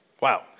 Wow